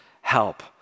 help